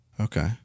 Okay